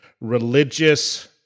religious